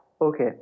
Okay